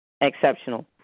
exceptional